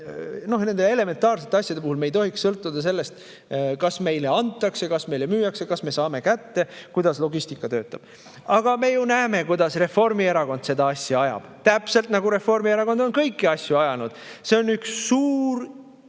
tohiks elementaarsete asjade puhul sõltuda sellest, kas meile antakse, kas meile müüakse, kas me saame kätte, kuidas logistika töötab. Aga me ju näeme, kuidas Reformierakond seda asja ajab. Täpselt nii, nagu Reformierakond on kõiki asju ajanud: see on üks suur,